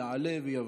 יעלה ויבוא.